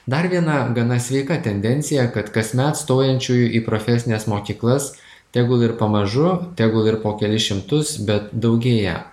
dar viena gana sveika tendencija kad kasmet stojančiųjų į profesines mokyklas tegul ir pamažu tegul ir po kelis šimtus bet daugėja